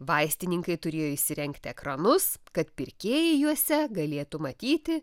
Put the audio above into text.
vaistininkai turėjo įsirengti ekranus kad pirkėjai juose galėtų matyti